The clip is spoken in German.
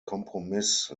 kompromiss